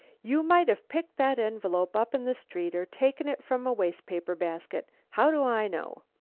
you might have picked that envelope up in the street, or taken it from a wastepaper basket. how do i know?